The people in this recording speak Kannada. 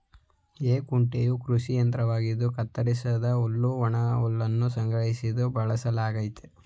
ಹೇ ಕುಂಟೆಯು ಕೃಷಿ ಯಂತ್ರವಾಗಿದ್ದು ಕತ್ತರಿಸಿದ ಹುಲ್ಲು ಒಣಹುಲ್ಲನ್ನು ಸಂಗ್ರಹಿಸಲು ಬಳಸಲಾಗ್ತದೆ